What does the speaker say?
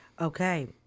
okay